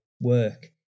work